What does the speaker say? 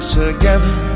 together